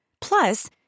Plus